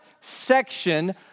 section